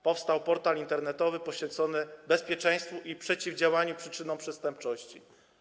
Powstał portal internetowy poświęcony bezpieczeństwu i przeciwdziałaniu przyczynom przestępczości.